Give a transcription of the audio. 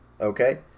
okay